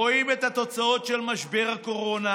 רואים את התוצאות של משבר הקורונה,